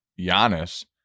Giannis